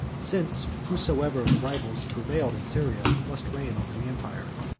since whosoever of the rivals prevailed in syria must reign over the empire.